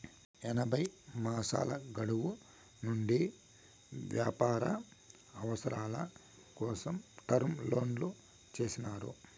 ఎనభై మాసాల గడువు నుండి వ్యాపార అవసరాల కోసం టర్మ్ లోన్లు చేసినారు